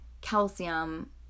calcium